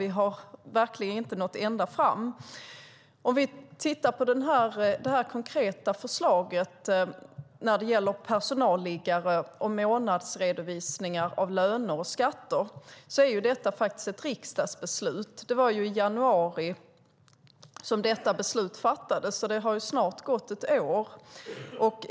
Vi har verkligen inte nått ända fram. Låt oss se på det konkreta förslaget om personalliggare och månadsredovisningar av löner och skatter. Det är fråga om ett riksdagsbeslut. Det var i januari som beslutet fattades, och det har snart gått ett år.